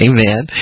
Amen